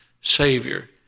Savior